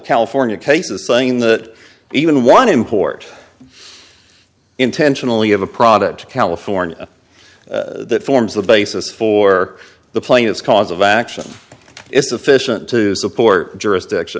california cases saying that even one import intentionally of a product to california that forms the basis for the plaintiffs cause of action is sufficient to support jurisdiction